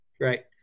Right